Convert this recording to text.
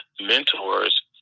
mentors